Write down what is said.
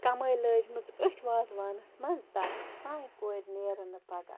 کَمٲے لٲجِمٕژ أتھۍ وازٕوانَس منٛز تاکہِ سانہِ کورِ نیرَن نہٕ پگاہ